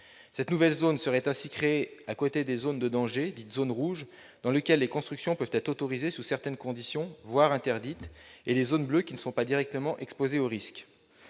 Cette nouvelle zone serait ainsi créée à côté des zones de danger, dites zones rouges, dans lesquelles les constructions peuvent être autorisées sous certaines conditions, voire interdites, et des zones bleues, qui ne sont pas directement exposées aux risques.